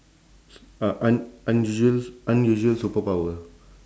u~ un~ unusual unusual superpower